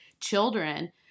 children